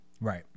Right